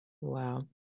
wow